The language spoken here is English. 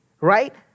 right